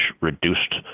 reduced